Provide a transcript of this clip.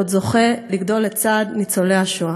שעוד זוכה לגדול לצד ניצולי השואה.